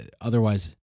otherwise